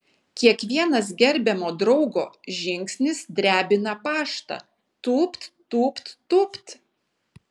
kiekvienas gerbiamo draugo žingsnis drebina paštą tūpt tūpt tūpt